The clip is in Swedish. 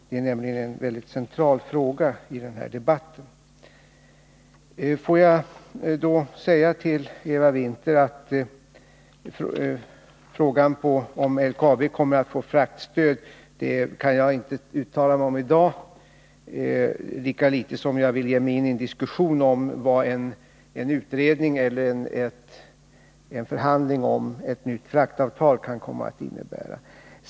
Det är nämligen en väldigt central fråga i den här debatten. Får jag sedan till Eva Winther säga att frågan om huruvida LKAB kommer att få fraktstöd kan jag inte uttala mig om i dag. Lika litet vill jag ge mig ini en diskussion om vad en utredning eller en förhandling om ett nytt fraktavtal kan komma att innebära.